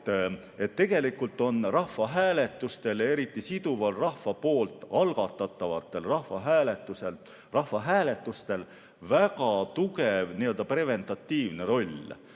Tegelikult on rahvahääletustel, eriti siduval, rahva poolt algatataval rahvahääletusel, väga tugev preventiivne roll.